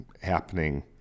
happening